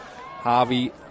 Harvey